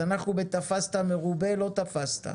אז אנחנו בתפסת מרובה לא תפסת.